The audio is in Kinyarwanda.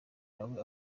nawe